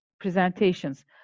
presentations